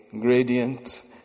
gradient